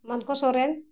Manko Soren